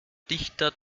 dichter